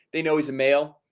they know he's a male.